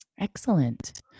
Excellent